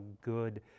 good